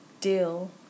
deal